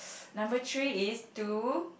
number three is to